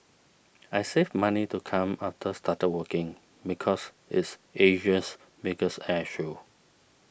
I saved money to come after started working because it's Asia's biggest air show